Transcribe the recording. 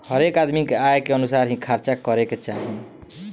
हरेक आदमी के आय के अनुसार ही खर्चा करे के चाही